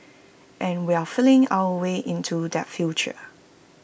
and we're feeling our way into that future